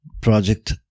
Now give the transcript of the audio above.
project